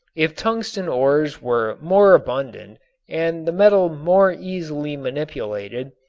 if tungsten ores were more abundant and the metal more easily manipulated,